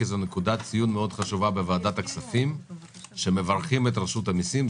כי זו נקודת ציון מאוד חשובה בוועדת הכספים שמברכים את רשות המסים.